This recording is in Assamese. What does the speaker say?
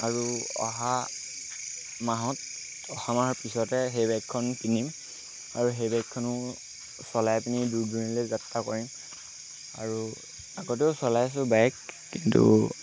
আৰু অহা মাহত অহা মাহৰ পিছতে সেই বাইকখন কিনিম আৰু সেই বাইকখনো চলাই পিনি দূৰ দূৰণিলৈ যাত্ৰা কৰিম আৰু আগতেও চলাই আছোঁ বাইক কিন্তু